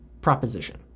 proposition